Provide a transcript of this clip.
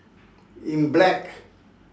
in black